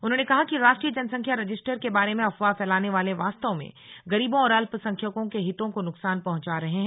उन्होंने कहा कि राष्ट्रीय जनसंख्या रजिस्टर के बारे में अफवाह फैलाने वाले वास्तव में गरीबों और अल्प संख्यकों के हितों को नुकसान पहुंचा रहे हैं